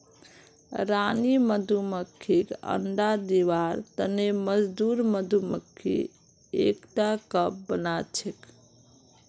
रानी मधुमक्खीक अंडा दिबार तने मजदूर मधुमक्खी एकटा कप बनाछेक